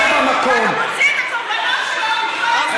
חבר הכנסת מסעוד גנאים,